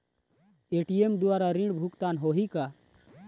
ATM द्वारा ऋण भुगतान होही का?